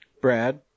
Brad